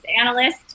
analyst